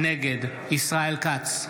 נגד ישראל כץ,